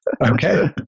Okay